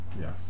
Yes